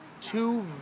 two